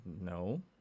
No